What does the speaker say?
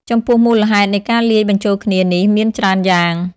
ចំពោះមូលហេតុនៃការលាយបញ្ចូលគ្នានេះមានច្រើនយ៉ាង។